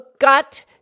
got